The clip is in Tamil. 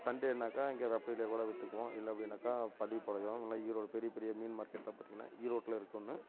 சண்டேனாக்க இங்கே வெப்பையில் கூட விற்துக்குவோம் இல்லை அப்படின்னாக்கா பள்ளிப்பாளையம் இல்லை ஈரோடு பெரிய பெரிய மீன் மார்க்கெட்லாம் பார்த்திங்கன்னா ஈரோட்டில் இருக்குது ஒன்று